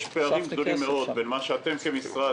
יש פערים גדולים מאד בין מה שאתם כמשרד